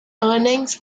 earnings